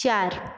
चार